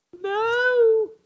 No